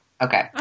Okay